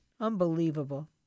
Unbelievable